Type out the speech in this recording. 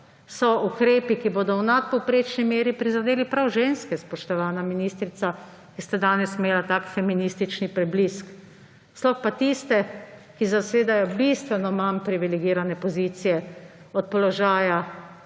so ukrepi, ki bodo v nadpovprečni meri prizadeli prav ženske, spoštovana ministrica, ki ste danes imela tak feministični preblisk. Sploh pa tiste, ki zasedajo bistveno manj privilegirane pozicije od položaja